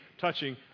touching